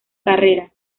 carrera